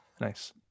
Nice